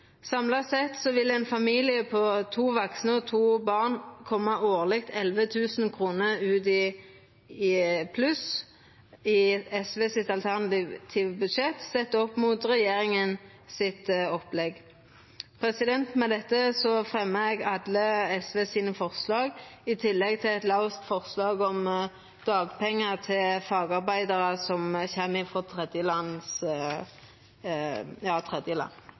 Samla sett vil ein familie på to vaksne og to barn årleg koma 11 000 kr ut i pluss i SV sitt alternative budsjett, sett opp mot regjeringa sitt opplegg. Med dette fremjar eg alle SV sine forslag, i tillegg til eit laust forslag om dagpengar til fagarbeidarar som kjem